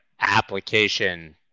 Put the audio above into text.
application